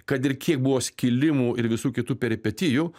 kad ir kiek buvo skilimų ir visų kitų peripetijų